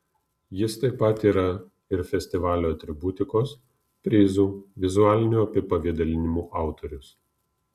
jis taip pat yra ir festivalio atributikos prizų vizualinių apipavidalinimų autorius